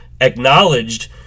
acknowledged